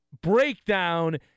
breakdown